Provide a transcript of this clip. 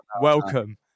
Welcome